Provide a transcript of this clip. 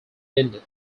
ended